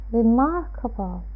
remarkable